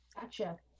Gotcha